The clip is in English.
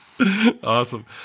Awesome